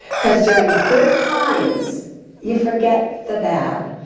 cause during good times you forget the bad.